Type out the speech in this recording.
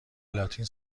لاتین